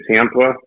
Tampa